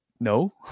no